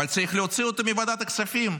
אבל צריך להוציא אותו מוועדת הכספים,